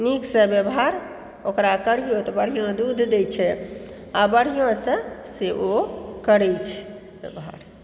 नीकसँ व्यवहार ओकरा करियौ तऽ बढ़िआँ दूध दै छै आओर बढ़िआँसँ से ओ करै छै व्यवहार